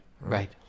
Right